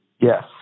Yes